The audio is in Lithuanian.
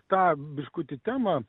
tą biškutį temą